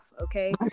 Okay